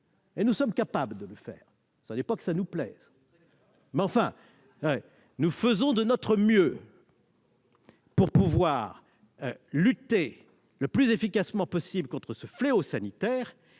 Nous sommes capables de le faire- ce n'est pas que cela nous plaise. Nous faisons de notre mieux pour lutter le plus efficacement possible contre ce fléau sanitaire.